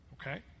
okay